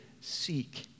seek